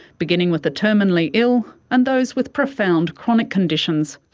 beginning with the terminally ill and those with profound chronic conditions.